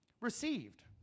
Received